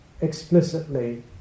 explicitly